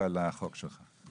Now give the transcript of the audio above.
ועל החוק שלך.